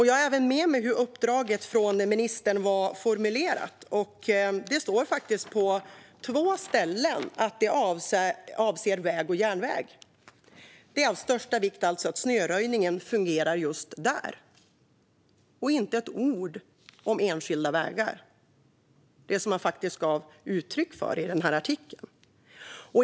Jag har även med mig hur uppdraget från ministern var formulerat. Det står faktiskt på två ställen att det avser väg och järnväg. Det är alltså av största vikt att snöröjningen fungerar just där. Det står inte ett ord om enskilda vägar, det som man faktiskt gav uttryck för i artikeln.